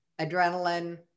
adrenaline